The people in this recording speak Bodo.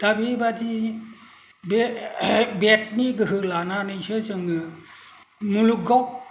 दा बेबादि बे बेदनि गोहो लानानैसो जोङो मुलुगाव